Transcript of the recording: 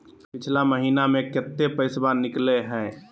पिछला महिना मे कते पैसबा निकले हैं?